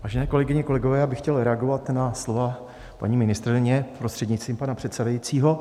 Vážené kolegyně a kolegové, chtěl bych reagovat na slova paní ministryně, prostřednictvím pana předsedajícího.